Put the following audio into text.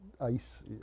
ice